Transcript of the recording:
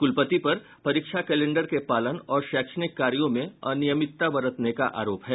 कुलपति पर परीक्षा कैलेंडर के पालन और शैक्षणिक कार्यों में अनियमितता बरतने का आरोप है